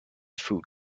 food